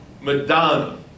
Madonna